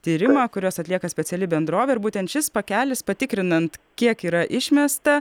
tyrimą kuriuos atlieka speciali bendrovė ir būtent šis pakelis patikrinant kiek yra išmesta